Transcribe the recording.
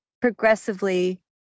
progressively